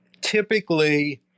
typically